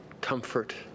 comfort